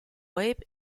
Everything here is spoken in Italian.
web